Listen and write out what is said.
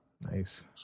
Nice